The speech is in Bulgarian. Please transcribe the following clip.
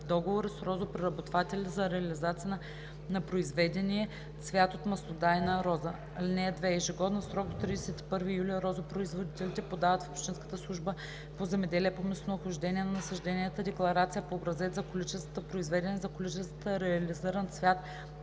договори с розопреработватели за реализация на произведения цвят от маслодайна роза. (2) Ежегодно в срок до 31 юли розопроизводителите подават в общинската служба по земеделие по местонахождение на насажденията декларация по образец за количествата произведен и за количествата реализиран цвят